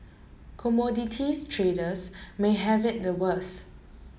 commodities traders may have it the worst